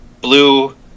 Blue